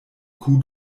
kuh